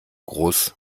groß